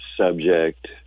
subject